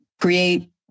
create